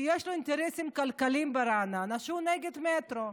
שיש לו אינטרסים כלכליים ברעננה והוא נגד המטרו.